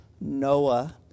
Noah